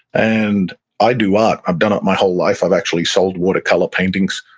and i do art. i've done it my whole life. i've actually sold watercolor paintings.